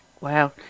Wow